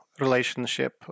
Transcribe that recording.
relationship